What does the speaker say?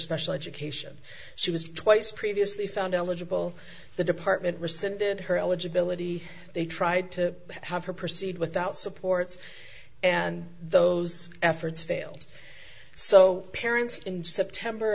special education she was twice previously found eligible the department rescinded her eligibility they tried to have her proceed without supports and those efforts failed so parents in september